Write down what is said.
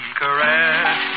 caress